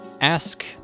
ask